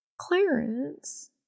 Clarence